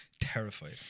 Terrified